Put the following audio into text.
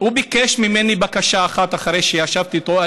הוא ביקש ממני בקשה אחת אחרי שישבתי איתו,